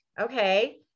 okay